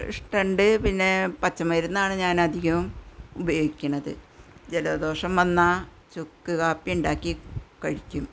ഇഷ്ടമുണ്ട് പിന്നേ പച്ചമരുന്നാണ് ഞാൻ അധികവും ഉപയോഗിക്കുന്നത് ജലദോഷം വന്നാൽ ചുക്ക് കാപ്പി ഉണ്ടാക്കി കഴിക്കും